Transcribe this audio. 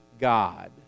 god